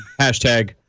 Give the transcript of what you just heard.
hashtag